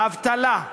האבטלה,